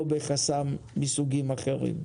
או בחסם מסוגים אחרים.